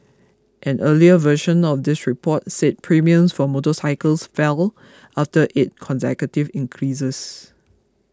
an earlier version of this report said premiums for motorcycles fell after eight consecutive increases